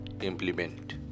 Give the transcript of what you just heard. implement